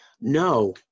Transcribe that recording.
No